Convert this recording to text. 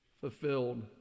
fulfilled